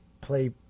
play